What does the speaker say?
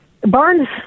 Barnes